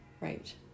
right